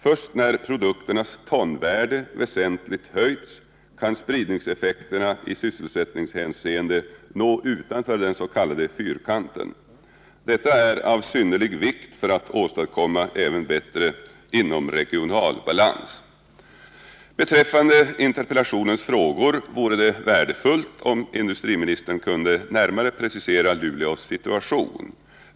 Först när produkternas tonvärde väsentligt höjs kan spridningseffekterna i sysselsättningshänseende nå utanför den s.k. Fyrkanten. Detta är av synnerlig vikt även för att åstadkomma bättre inomregional balans. Beträffande interpellationens frågor vore det värdefullt om industriministern närmare kunde precisera Luleås situation.